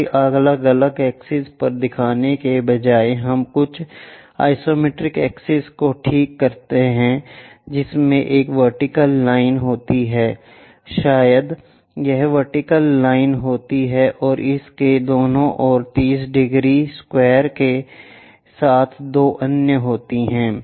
इसे अलग अलग एक्सेस पर दिखाने के बजाय हम कुछ आइसोमेट्रिक एक्सेस को ठीक करते हैं जिसमें एक वर्टिकल लाइन होती है शायद यह वर्टिकल लाइन होती है और इसके दोनों ओर 30 डिग्री स्क्वायर के साथ दो अन्य होते हैं